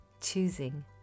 choosing